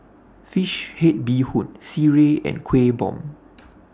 Fish Head Bee Hoon Sireh and Kueh Bom